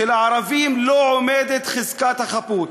לערבים לא עומדת חזקת החפות.